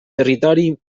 territori